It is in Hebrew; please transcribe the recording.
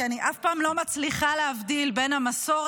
כי אני אף פעם לא מצליחה להבדיל בין המסורת,